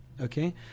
okay